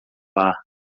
bar